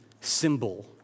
symbol